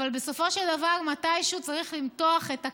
אבל בסופו של דבר מתישהו צריך למתוח את הקו.